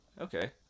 okay